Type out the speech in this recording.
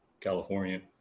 California